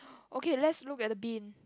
okay let's look at the bean